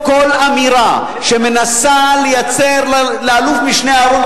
כל אמירה שמנסה לייצר לאלוף משנה אהרן